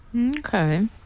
Okay